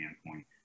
standpoint